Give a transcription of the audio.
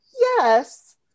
Yes